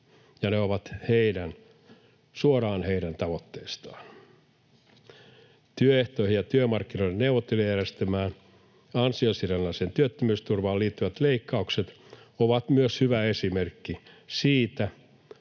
ja ne ovat suoraan heidän tavoitteistaan. Työehtoihin ja työmarkkinoiden neuvottelujärjestelmään, ansiosidonnaiseen työttömyysturvaan liittyvät leikkaukset ovat myös hyvä esimerkki siitä,